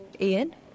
Ian